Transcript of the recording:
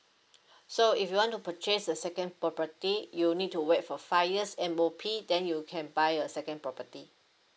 so if you want to purchase a second property you need to wait for five years M_O_P then you can buy a second property